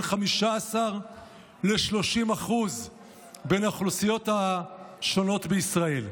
15% ל-30% בין האוכלוסיות השונות בישראל.